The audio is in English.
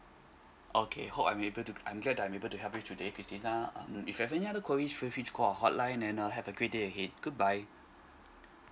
okay hope I'm able to I'm glad that I'm able to help you today christina uh if you have any other queries feel free to call our hotline and uh have a great day ahead goodbye